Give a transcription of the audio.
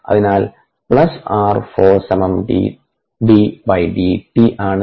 അതിനാൽ plus r 4 സമം dDdt ആണ്